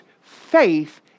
faith